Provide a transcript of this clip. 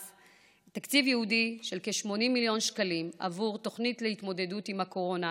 תקציב ייעודי של כ-80 מיליון שקלים עבור תוכנית להתמודדות עם הקורונה.